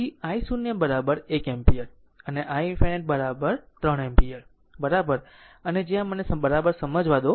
તેથી i0 1 ampere અને i ∞ 3 ampere બરાબર અને જ્યાં અને મને તે બરાબર સમજાવું કરવા દો